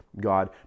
god